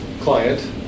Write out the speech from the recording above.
client